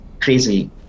crazy